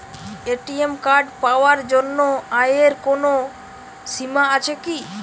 ATM card পাওয়ার জন্য আয়ের কোনো সীমা আছে কি?